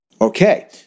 Okay